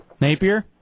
napier